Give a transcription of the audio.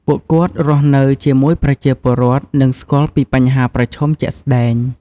ពួកគាត់រស់នៅជាមួយប្រជាពលរដ្ឋ និងស្គាល់ពីបញ្ហាប្រឈមជាក់ស្ដែង។